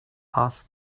asked